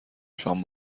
شام